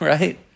Right